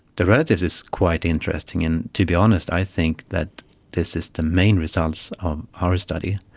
the relatives is quite interesting, and to be honest i think that this is the main result of our study,